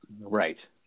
right